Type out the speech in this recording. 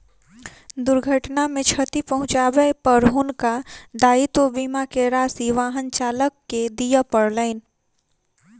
दुर्घटना मे क्षति पहुँचाबै पर हुनका दायित्व बीमा के राशि वाहन चालक के दिअ पड़लैन